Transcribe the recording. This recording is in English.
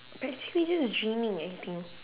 actually just dreaming I think